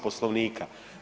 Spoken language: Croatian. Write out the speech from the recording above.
Poslovnika.